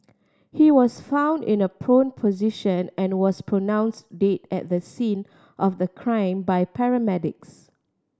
he was found in a prone position and was pronounced dead at the scene of the crime by paramedics